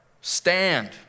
stand